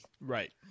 Right